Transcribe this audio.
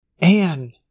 Anne